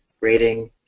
rating